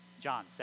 John